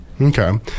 Okay